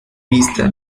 vista